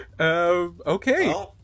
Okay